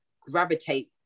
gravitate